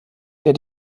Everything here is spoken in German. der